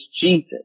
Jesus